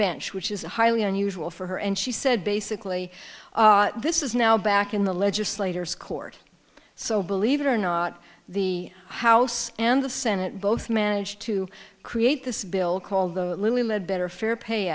bench which is highly unusual for her and she said basically this is now back in the legislators court so believe it or not the house and the senate both managed to create this bill called the lilly ledbetter fair pay